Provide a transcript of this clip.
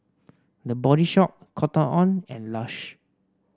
The Body Shop Cotton On and Lush